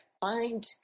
find